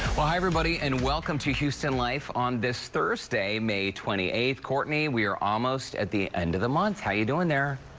everybody and welcome to houston life on this thursday, may twenty eighth. courtney, we are almost at the end of the month. how are you doing there?